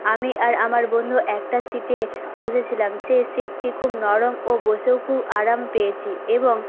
আমি আর আমার বন্ধু একটা সিটে বসেছিলাম সেই সিটটি খুব নরম ও বসেও খুব আরাম পেয়েছি এবং